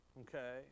Okay